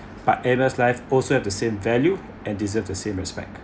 but animal lives also have the same value and deserve the same respect